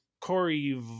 Corey